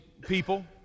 people